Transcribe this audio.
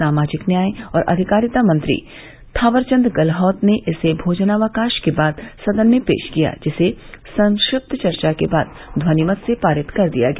सामाजिक न्याय और अधिकारिता मंत्री थावरचंद गहलोत ने इसे भोजनावकाश के बाद सदन में पेश किया जिसे संक्षिप्त चर्चा के बाद ध्वनिमत से पारित कर दिया गया